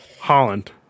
Holland